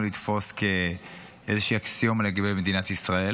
לתפוס כאיזושהי אקסיומה לגבי מדינת ישראל